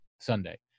Sunday